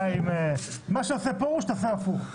מה שעושה פרוש תעשה הפוך.